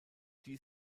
dem